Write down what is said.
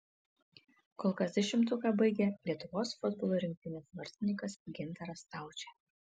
kol kas dešimtuką baigia lietuvos futbolo rinktinės vartininkas gintaras staučė